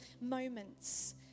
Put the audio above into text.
moments